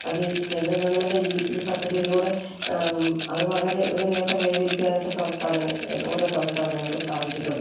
അത് കേന്ദ്ര ഗവണ്മെൻറ് ഈ ഈ പദ്ധതിയിലൂടെ അതു വളരെ ഒരു നേട്ടം കൈവരിക്കാനായിട്ട് സംസ്ഥാനം ഓരോ സംസ്ഥാനങ്ങൾക്കും സാധിച്ചിട്ടുണ്ട്